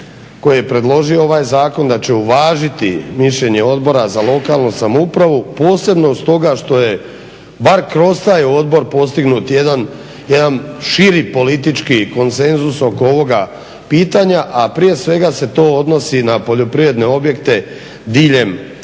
koje je predložilo ovaj zakon da će uvažiti mišljenje Odbora za lokalnu samoupravu posebno stoga što je bar kroz taj odbor postignut jedan širi politički konsenzus oko ovoga pitanja, a prije svega se to odnosi na poljoprivredne objekte diljem Slavonije